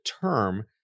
term